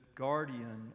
guardian